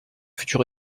future